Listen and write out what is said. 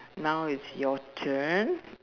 now is your turn